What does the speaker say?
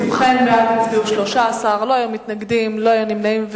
בעד, 13, אין מתנגדים ואין נמנעים.